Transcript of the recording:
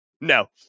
No